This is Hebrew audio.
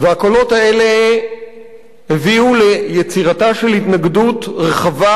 והקולות האלה הביאו ליצירתה של התנגדות רחבה,